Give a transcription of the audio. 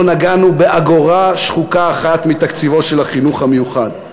לא נגענו באגורה שחוקה אחת מתקציבו של החינוך המיוחד.